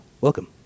welcome